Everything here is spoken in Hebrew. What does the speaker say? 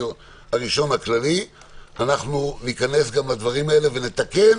אנחנו ניכנס לדברים האלה ונתקן